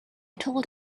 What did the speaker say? told